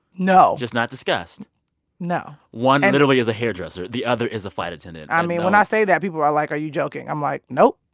no just not discussed no one literally is a hairdresser. the other is a flight attendant i mean, when i say that, people are like, are you joking? i'm like, nope.